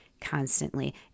constantly